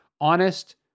honest